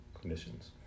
conditions